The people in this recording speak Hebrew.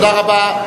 תודה רבה.